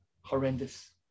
horrendous